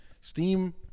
Steam